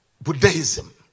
Buddhism